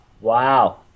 Wow